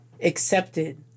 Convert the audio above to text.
accepted